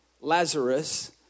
Lazarus